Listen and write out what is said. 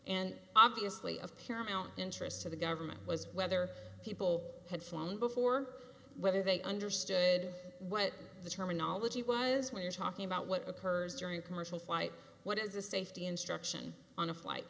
and obviously of paramount interest to the government was whether people had flown before whether they understood what the terminology was we're talking about what occurs during commercial flight what is the safety instruction on a flight